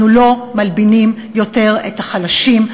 אנחנו לא מלבינים יותר את פני החלשים,